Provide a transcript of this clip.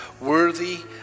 worthy